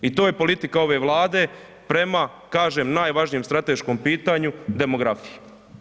I to je politika ove Vlade prema, kažem najvažnijem strateškom pitanju, demografiji.